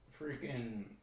freaking